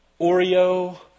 Oreo